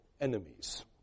enemies